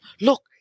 Look